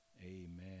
amen